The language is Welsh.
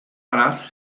arall